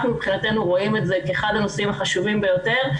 אנחנו מבחינתנו רואים את זה כאחד הנושאים החשובים ביותר,